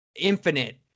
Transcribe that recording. Infinite